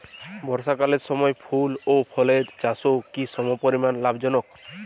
বর্ষাকালের সময় ফুল ও ফলের চাষও কি সমপরিমাণ লাভজনক?